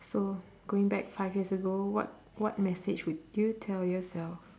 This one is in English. so going back five years ago what what message would you tell yourself